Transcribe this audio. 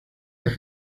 las